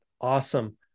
Awesome